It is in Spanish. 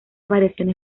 variaciones